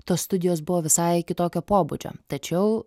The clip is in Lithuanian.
tos studijos buvo visai kitokio pobūdžio tačiau